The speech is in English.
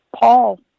Paul